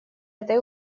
этой